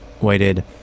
waited